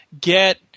get